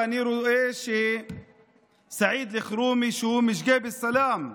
ואני רואה שסעיד אלחרומי שהוא משקיב א-סלאם,